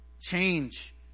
Change